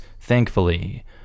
thankfully